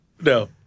No